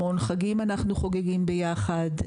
המון חגים אנחנו חוגגים ביחד.